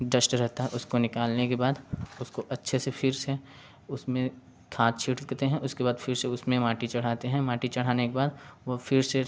dust रहता है उसको निकालने के बाद उसको अच्छे से फिर से उसमें खाद छींट देते हैं उसके बाद फिर से उसमें माटी चढ़ाते हैं माटी चढ़ाने के बाद वह फिर से